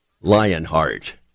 Lionheart